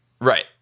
Right